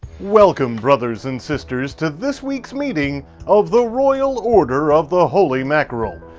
welcome brothers and sisters to this week's meeting of the royal order of the holy mackerel.